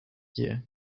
year